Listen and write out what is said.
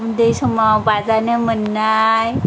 उन्दै समाव बाजानो मोननाय